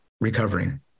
recovering